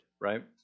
right